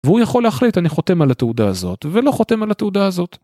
והוא יכול להחליט, אני חותם על התעודה הזאת, ולא חותם על התעודה הזאת.